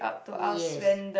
yes